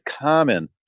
common